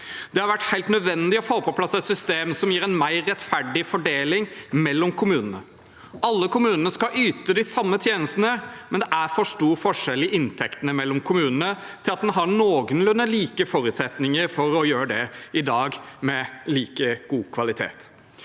Det har vært helt nødvendig å få på plass et system som gir en mer rettferdig fordeling mellom kommunene. Alle kommunene skal yte de samme tjenestene, men det er for stor forskjell i inntektene mellom kommunene til at man har noenlunde like forutsetninger for å gjøre det i dag med like god kvalitet.